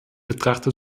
betrachte